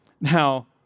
Now